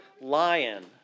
lion